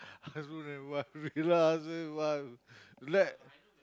husband and wife yeah lah husband and wife let